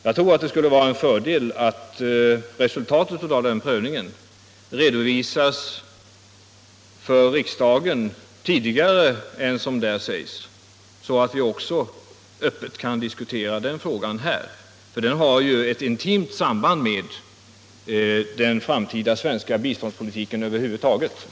Jag tror att det skulle vara en fördel om resultatet av den prövningen redovisas för riksdagen tidigare än vad som där sägs, så att vi öppet kan diskutera också den frågan här. Den har ju ett intimt samband med den framtida svenska biståndspolitiken över huvud taget.